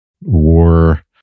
war